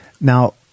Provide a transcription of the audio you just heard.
now